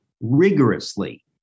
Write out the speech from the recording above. rigorously